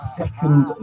second